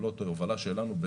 יכולות ההובלה שלנו,